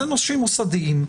אלה נושים מוסדיים,